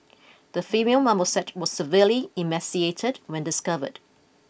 the female marmoset was severely emaciated when discovered